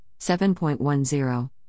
7.10